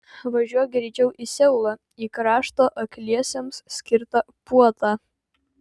važiuok greičiau į seulą į krašto akliesiems skirtą puotą